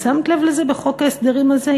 שמת לב לזה בחוק ההסדרים הזה?